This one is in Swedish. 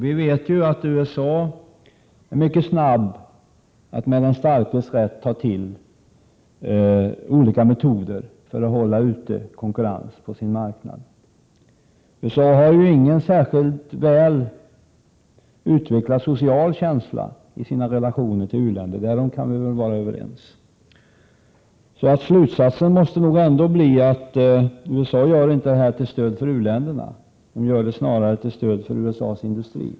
Vi vet att USA mycket snabbt, med den starkes rätt, tar till olika metoder för att hålla konkurrens utanför sin marknad. USA har ju ingen särskilt väl utvecklad social känsla i sina relationer till u-länderna — därom kan vi vara överens. Slutsatsen måste nog bli att USA inte gör detta för att stödja u-länderna, utan snarare för att stödja USA:s industri.